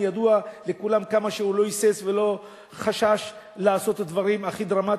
ידוע לכולם כמה הוא לא היסס ולא חשש לעשות את הדברים הכי דרמטיים.